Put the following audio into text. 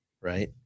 right